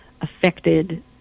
affected